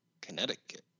Connecticut